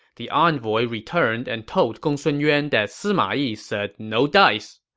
the envoy returned and told gongsun yuan that sima yi said no dice.